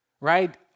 Right